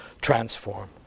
transform